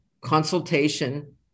consultation